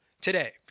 Today